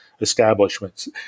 establishments